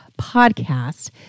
podcast